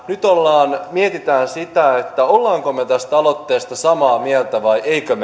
nyt mietitään sitä olemmeko me tästä aloitteesta samaa mieltä vai emmekö